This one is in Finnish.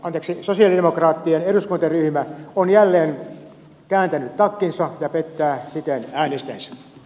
miksi sosialidemokraattien eduskuntaryhmä on jälleen kääntänyt takkinsa ja pettää siten äänestäjänsä